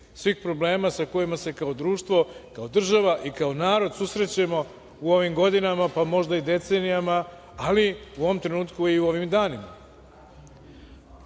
svih problema sa kojima se kao društvo, kao država i kao narod susrećemo u ovim godinama, pa možda i decenijama, ali u ovom trenutku i u ovim danima. Nama